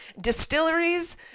distilleries